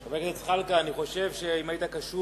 חבר הכנסת זחאלקה, אני חושב שאם היית קשוב